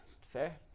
Fair